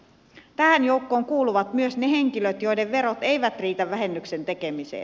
tähän joukkoon kuuluvat myös ne henkilöt joiden verot eivät riitä vähennyksen tekemiseen